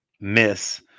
miss